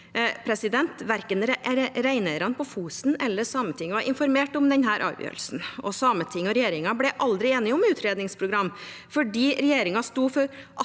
Verken reineierne på Fosen eller Sametinget var informert om denne avgjørelsen. Sametinget og regjeringen ble aldri enige om et utredningsprogram fordi regjeringen sto for